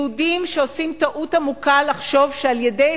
יהודים שעושים טעות עמוקה לחשוב שעל-ידי